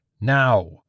Now